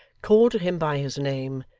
called to him by his name,